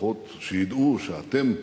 לפחות שידעו שאתם,